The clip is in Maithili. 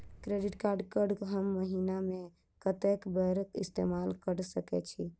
क्रेडिट कार्ड कऽ हम महीना मे कत्तेक बेर इस्तेमाल कऽ सकय छी?